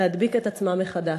להדביק את עצמה מחדש".